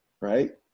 Right